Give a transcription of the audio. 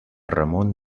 ramon